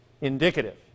indicative